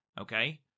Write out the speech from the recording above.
okay